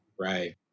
right